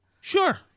Sure